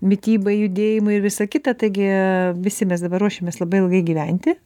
mitybai judėjimui ir visa kita taigi visi mes dabar ruošiamės labai ilgai gyventi